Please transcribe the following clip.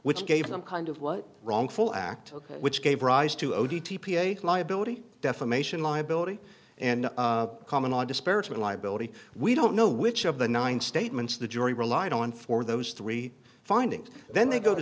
which gave them kind of what wrongful act which gave rise to o d t ph liability defamation liability and common law disparagement liability we don't know which of the nine statements the jury relied on for those three findings then they go to